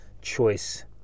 choice